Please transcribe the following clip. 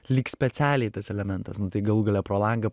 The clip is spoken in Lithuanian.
lyg specialiai tas elementas nu tai galų gale pro langą